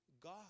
God